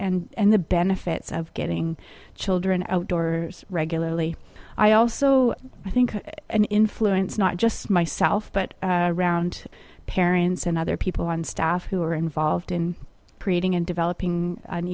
and the benefits of getting children outdoors regularly i also i think an influence not just myself but around parents and other people on staff who were involved in creating and developing an